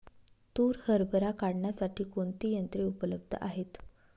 तूर हरभरा काढण्यासाठी कोणती यंत्रे उपलब्ध आहेत?